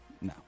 No